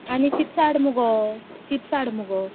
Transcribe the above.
आनी चिप्सा हाड मगो चिप्सा हाड मगो